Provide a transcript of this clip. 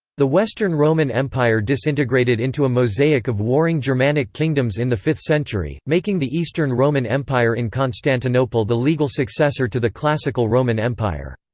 the western roman empire disintegrated into a mosaic of warring germanic kingdoms in the fifth century, making the eastern roman empire in constantinople the legal successor to the classical roman empire.